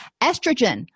Estrogen